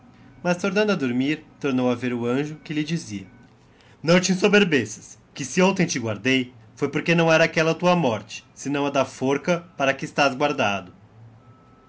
mas tornando a dormir tornou a vêr o anjo que lhe dizia não te ensoberbeças que se hontem te guardei foi porque não era aquella tua morte senão a da forca para que estás guardado